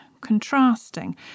contrasting